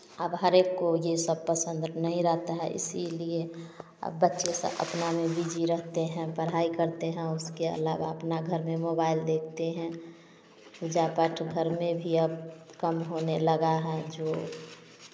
अब हर एक को ये सब पसंद नहीं रहता है इसीलिए अब बच्चे अपना में बीज़ी रहते हैं पढ़ाई करते हैं उसके अलावा अपना घर में मोबाइल देखते हैं पूजा पाठ घर में भी अब कम होने लगा है जो